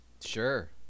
sure